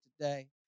today